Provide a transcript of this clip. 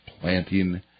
planting